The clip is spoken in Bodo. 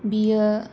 बियो